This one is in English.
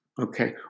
okay